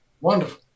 Wonderful